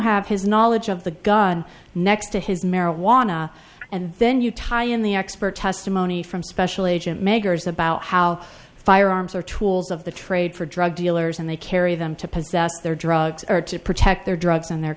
have his knowledge of the gun next to his marijuana and then you tie in the expert testimony from special agent magers about how firearms are tools of the trade for drug dealers and they carry them to possess their drugs or to protect their drugs and their